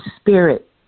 spirit